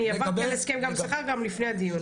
אני עברתי על הסכם גג שכר גם לפני הדיון.